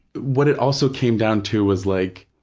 what it also came down to was like,